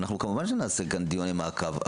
אנחנו כמובן שנעשה כאן דיוני מעקב,